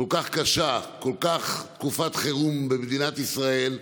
כל כך קשה, תקופת חירום במדינת ישראל,